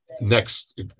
Next